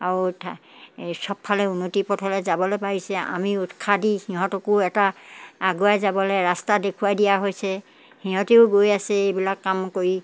আৰু এই সবফালে উন্নতিৰ পথলৈ যাবলৈ পাৰিছে আমি উৎসাহ দি সিহঁতকো এটা আগুৱাই যাবলে ৰাস্তা দেখুৱাই দিয়া হৈছে সিহঁতেও গৈ আছে এইবিলাক কাম কৰি